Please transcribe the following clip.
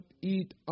eat